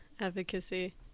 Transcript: advocacy